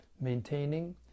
maintaining